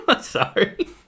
sorry